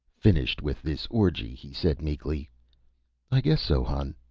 finished with this orgy, he said meekly i guess so, hon.